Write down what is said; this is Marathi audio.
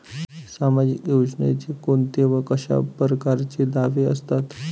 सामाजिक योजनेचे कोंते व कशा परकारचे दावे असतात?